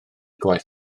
gwaith